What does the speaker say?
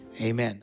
Amen